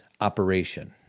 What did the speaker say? operation